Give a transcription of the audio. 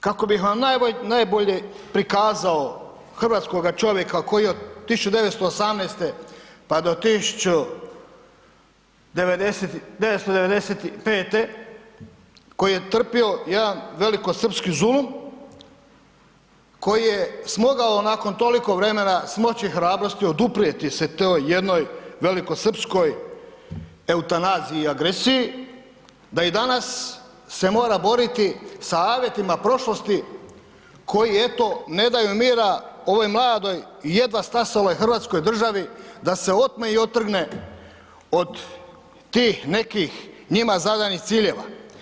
Kako bih vam najbolje prikazao hrvatskoga čovjeka koji je od 1918., pa do 1995. koji je trpio jedan velikosrpski zulum, koji je smogao nakon toliko vremena smoći hrabrosti oduprijeti se toj jednoj velikosrpskoj eutanaziji i agresiji, da i danas se mora boriti sa avetima prošlosti koji eto ne daju mira ovoj mladoj i jedva stasaloj hrvatskoj državi da se otme i otrgne od tih nekih njima zadanih ciljeva.